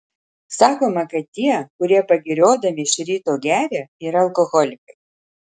sakoma kad tie kurie pagiriodami iš ryto geria yra alkoholikai